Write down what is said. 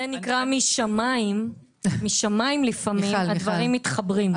זה נקרא משמים לפעמים הדברים מתחברים.